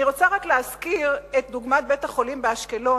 אני רוצה רק להזכיר את דוגמת בית-החולים באשקלון,